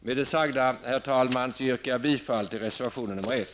Med det sagda, herr talman, yrkar jag bifall till reservation nr 1.